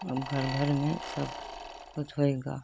औ घर घर में सब कुछ होईगा